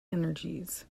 energies